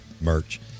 merch